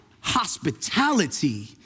hospitality